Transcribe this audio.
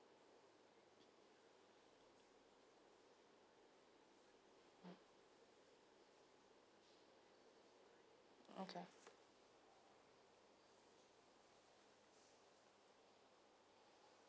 mm okay